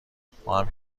بود، ماهم